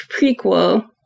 prequel